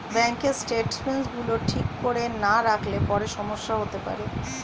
ব্যাঙ্কের স্টেটমেন্টস গুলো ঠিক করে না রাখলে পরে সমস্যা হতে পারে